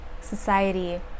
society